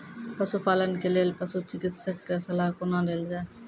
पशुपालन के लेल पशुचिकित्शक कऽ सलाह कुना लेल जाय?